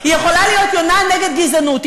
היא יכולה להיות יונה נגד גזענות,